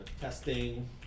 testing